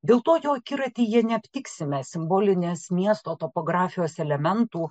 dėl to jo akiratyje neaptiksime simbolinės miesto topografijos elementų